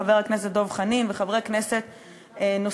חבר הכנסת דב חנין וחברי כנסת נוספים.